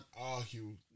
argue